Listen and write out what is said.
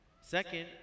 Second